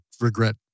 regret